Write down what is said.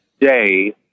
day